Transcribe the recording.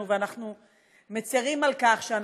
סליחה.